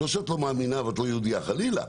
לא שאת לא מאמינה ואת לא יהודייה, חלילה.